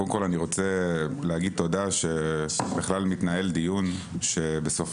קודם כל אני רוצה להגיד תודה שבכלל מתנהל דיון שבסופו